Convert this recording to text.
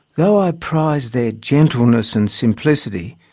though i prize their gentleness and simplicity,